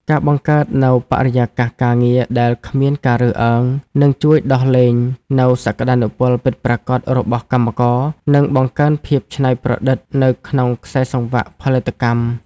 ការបង្កើតនូវបរិយាកាសការងារដែលគ្មានការរើសអើង នឹងជួយដោះលែងនូវសក្ដានុពលពិតប្រាកដរបស់កម្មករ និងបង្កើនភាពច្នៃប្រឌិតនៅក្នុងខ្សែសង្វាក់ផលិតកម្ម។